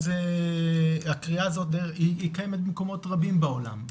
הקריאה הזאת קיימת במקומות רבים בעולם.